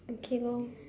okay lor